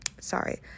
Sorry